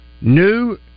new